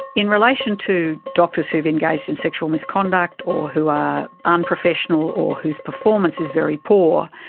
in relation to doctors who have engaged in sexual misconduct or who are unprofessional or whose performance is very poor,